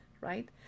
right